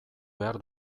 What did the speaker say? behar